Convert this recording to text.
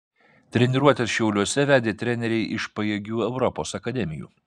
treniruotes šiauliuose vedė treneriai iš pajėgių europos akademijų